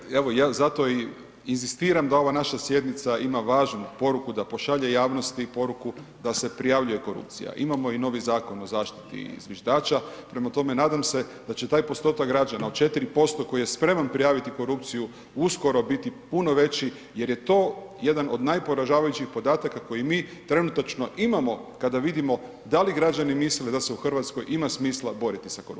Pa da kolega Čuraj, evo ja zato i inzistiram da ova naša sjednica ima važnu poruku da pošalje javnosti poruku da se prijavljuje korupcija, imamo i novi Zakona o zaštiti zviždača, prema tome nadam se da će taj postotak građa od 4% koji je spreman prijaviti korupciju, uskoro biti puno veći jer je to jedan od najporažavajućih podataka koji mi trenutačno imamo kada vidimo da li građani misle da se u Hrvatskoj ima smisla boriti sa korupcijom.